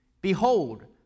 behold